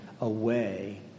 away